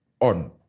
on